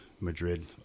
Madrid